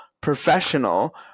professional